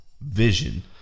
vision